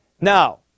now